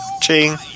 Ching